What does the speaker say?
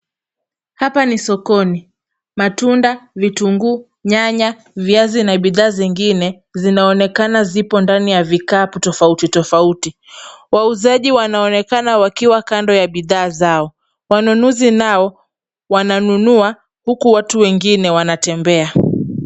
Hapa ni sokoni. Matunda, vitunguu, nyanya, viazi na bidhaa zingine zinaonekana zipo ndani ya vikapu tofauti tofauti. Wauzaji wanaonekana wakiwa kando ya bidhaa zao. Wanunuzi nao wananunua huku watu wengine wanatembea.